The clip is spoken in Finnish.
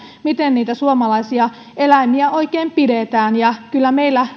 miten niitä suomalaisia eläimiä oikein pidetään kyllä meillä